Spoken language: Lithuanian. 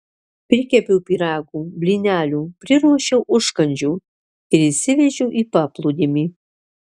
prikepiau pyragų blynelių priruošiau užkandžių ir išsivežiau į paplūdimį